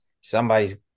somebody's